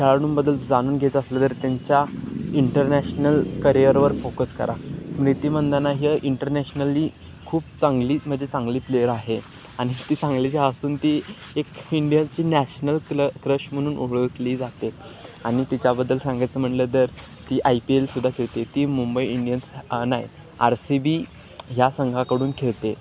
खेळाडूंबद्दल जाणून घेत असलं तर त्यांच्या इंटरनॅशनल करियरवर फोकस करा स्मृती मंदना ह्या इंटरनॅशनली खूप चांगली म्हणजे चांगली प्लेयर आहे आणि ती सांगलीची असून ती एक इंडियनची नॅशनल क्ल क्रश म्हणून ओळखली जाते आणि तिच्याबद्दल सांगायचं म्हणलं तर ती आय पी एलसुद्धा खेळते ती मुंबई इंडियन्स नाही आर सी बी ह्या संघाकडून खेळते